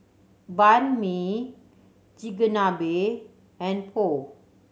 Banh Mi Chigenabe and Pho